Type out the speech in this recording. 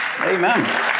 Amen